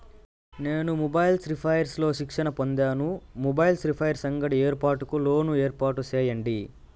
నేను mobiles repairs లో శిక్షణ పొందాను, మొబైల్ రిపైర్స్ అంగడి ఏర్పాటుకు లోను ఏర్పాటు సేయండి?